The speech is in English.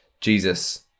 Jesus